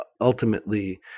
ultimately